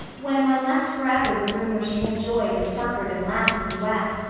when one left forever the room where she had joyed and suffered and laughed and wept,